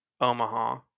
Omaha